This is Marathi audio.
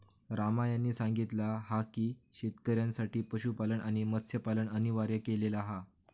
राम यांनी सांगितला हा की शेतकऱ्यांसाठी पशुपालन आणि मत्स्यपालन अनिवार्य केलेला हा